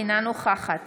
אינה נוכחת